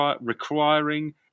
requiring